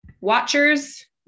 watchers